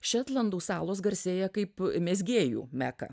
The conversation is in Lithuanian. šetlandų salos garsėja kaip mezgėjų meka